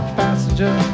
passenger